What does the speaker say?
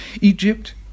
Egypt